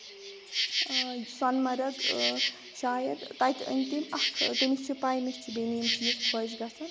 سۄن مارگ شاید تَتہِ أنۍ تٔمۍ اکھ تٔمِس چھِ پاے مےٚ چھِ بیٚنہِ یِم چیٖز خۄش گژھان